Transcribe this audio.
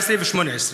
17' ו-18'.